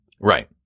Right